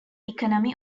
economy